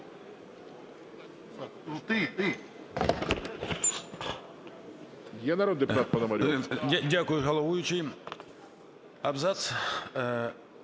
Дякую, головуючий. Абзац